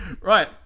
Right